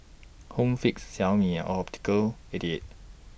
Home Fix Xiaomi and Optical eighty eight